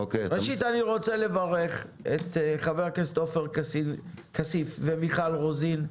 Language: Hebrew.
ראשית אני רוצה לברך את חברי הכנסת עופר כסיף ומיכל רוזן,